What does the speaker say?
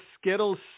skittles